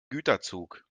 güterzug